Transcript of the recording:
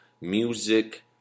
music